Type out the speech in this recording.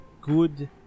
good